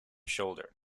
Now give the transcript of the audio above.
shoulder